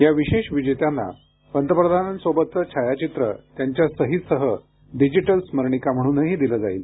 या विशेष विजेत्यांना पंतप्रधानांसोबतचे छायाचित्र त्यांच्या सहीसोबत डिजिटल स्मरणिका म्हणूनही दिले जाईल